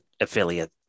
affiliate